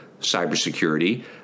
cybersecurity